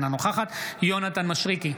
אינה נוכחת יונתן מישרקי,